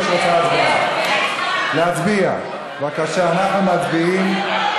אני מבקש להצביע נגד הצעת החוק,